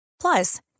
Plus